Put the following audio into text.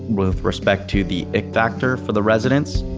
with respect to the ick factor for the residents